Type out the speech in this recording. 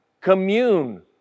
commune